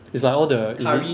is like all the elite